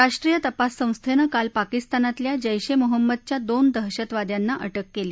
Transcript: राष्ट्रीय तपास संस्था काल पाकिस्तानातल्या जध्य ए मोहम्मदच्या दोन दहशतवाद्यांना अटक कली